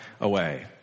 away